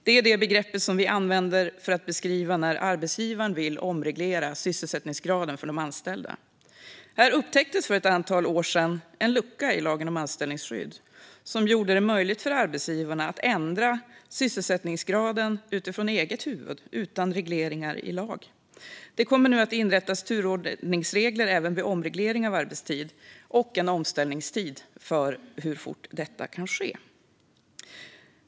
Det är det begrepp som vi använder för att beskriva när arbetsgivaren vill omreglera sysselsättningsgraden för de anställda. Här upptäcktes för ett antal år sedan en lucka i lagen om anställningsskydd som gjorde det möjligt för arbetsgivarna att utifrån eget huvud ändra sysselsättningsgraden utan regleringar i lag. Det kommer nu att inrättas turordningsregler även vid omreglering av arbetstid och en omställningstid vad gäller hur fort detta kan ske.